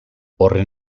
horren